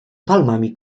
palmami